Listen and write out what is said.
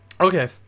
Okay